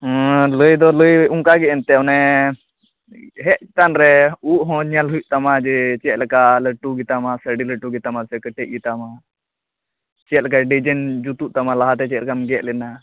ᱞᱟᱹᱭᱫᱚ ᱞᱟᱹᱭ ᱚᱱᱠᱟ ᱜᱮ ᱮᱱᱛᱮᱫ ᱚᱱᱮ ᱦᱮᱡ ᱟᱠᱟᱱ ᱨᱮ ᱩᱵ ᱦᱚᱸ ᱧᱮᱞ ᱦᱩᱭᱩᱜ ᱛᱟᱢᱟ ᱡᱮ ᱪᱮᱫ ᱞᱮᱠᱟ ᱞᱟᱹᱴᱩ ᱜᱮᱛᱟᱢᱟ ᱥᱮ ᱟᱹᱰᱤ ᱞᱟᱹᱴᱩ ᱜᱮᱛᱟᱢᱟ ᱥᱮ ᱠᱟᱹᱴᱤᱡ ᱜᱮᱛᱟᱢᱟ ᱪᱮᱫ ᱞᱮᱠᱟ ᱰᱤᱡᱟᱭᱤᱱ ᱡᱩᱛᱩᱜ ᱛᱟᱢᱟ ᱞᱟᱦᱟᱛᱮ ᱪᱮᱫ ᱞᱮᱠᱟᱢ ᱜᱮᱫ ᱞᱮᱱᱟ